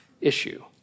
issue